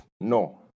No